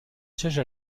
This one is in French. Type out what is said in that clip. siège